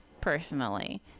personally